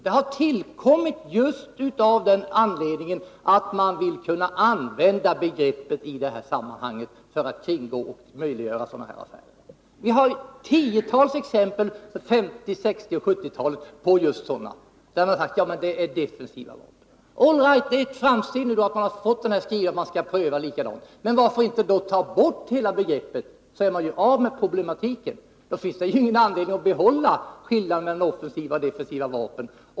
Den uppdelningen har tillkommit just för att man vill kunna använda begreppet för att kringgå bestämmelserna och möjliggöra vapenaffärer. Vi har tiotals exempel härpå under 1950-, 1960 och 1970-talen. Man har sagt: Ja, men här gäller det defensiva vapen. All right, det är ett framsteg att vi har fått den här skrivningen att tillståndsärenden skall prövas lika antingen det gäller defensiva eller offensiva vapen.